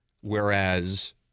Whereas